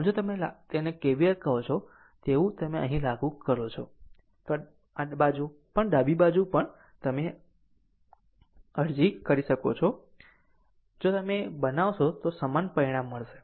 આમ જો તમે જેને તમે KVL કહો છો તેવું તમે અહીં લાગુ કરો છો તો આ બાજુ પણ ડાબી બાજુ પણ તમે અરજી કરી શકો છો જો તમે તે બનાવશો તો સમાન પરિણામ મળશે